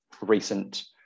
recent